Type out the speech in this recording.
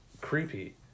creepy